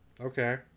Okay